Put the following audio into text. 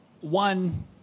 one